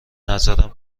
نظرم